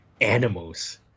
animals